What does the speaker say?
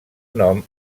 nom